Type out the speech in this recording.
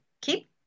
keep